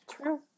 True